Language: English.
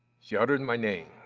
she uttered and my name,